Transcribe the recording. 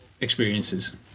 experiences